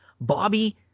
Bobby